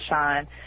shine